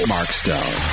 Markstone